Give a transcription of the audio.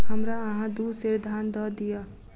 हमरा अहाँ दू सेर धान दअ दिअ